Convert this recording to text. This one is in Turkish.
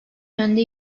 yönde